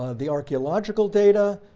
the archeological data